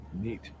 neat